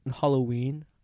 Halloween